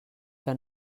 que